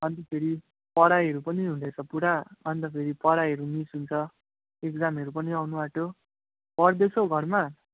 अन्त फेरि पढाइहरू पनि हुँदैछ पुरा अन्त फेरि पढाइहरू मिस हुन्छ इक्जामहरू पनि आउनु आँट्यो पढदैछौ घरमा